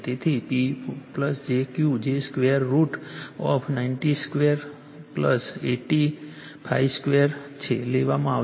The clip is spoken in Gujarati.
તેથી P j Q જે સ્ક્વેર √ of 90 2 85 2 લેવામાં આવશે